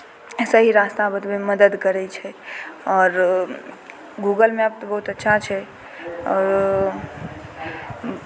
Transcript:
सही रास्ता बतबैमे मदद करै छै आओर गूगल मैप तऽ बहुत अच्छा छै आओर